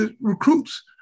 recruits